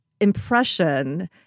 impression